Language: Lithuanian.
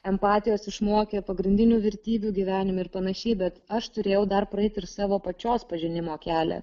empatijos išmokė pagrindinių vertybių gyvenime ir panašiai bet aš turėjau dar praeiti ir savo pačios pažinimo kelią